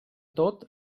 tot